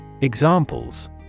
Examples